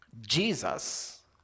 Jesus